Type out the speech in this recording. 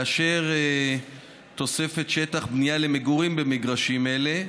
לאשר תוספת שטח בנייה למגורים במגרשים אלה,